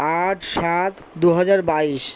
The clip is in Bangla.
আট সাত দুহাজার বাইশ